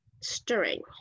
stirring